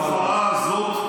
התופעה הזאת,